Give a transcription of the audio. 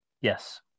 Yes